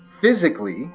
physically